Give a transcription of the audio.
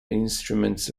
instruments